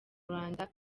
rwanda